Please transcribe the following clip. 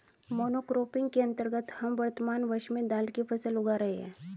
monocropping के अंतर्गत हम वर्तमान वर्ष में दाल की फसल उगा रहे हैं